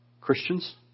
Christians